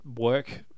work